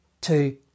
two